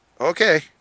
Okay